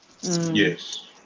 Yes